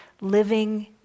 living